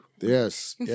Yes